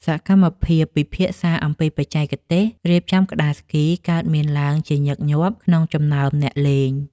សកម្មភាពពិភាក្សាអំពីបច្ចេកទេសរៀបចំក្ដារស្គី កើតមានឡើងជាញឹកញាប់ក្នុងចំណោមអ្នកលេង។